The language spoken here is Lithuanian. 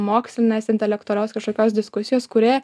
mokslinės intelektualios kažkokios diskusijos kuri